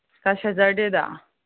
ꯀꯩ ꯁꯦꯇꯔꯗꯦꯗ